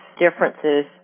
differences